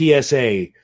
PSA